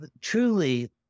truly